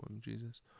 Jesus